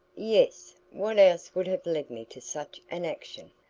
yes what else would have led me to such an action?